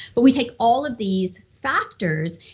but we take all of these factors,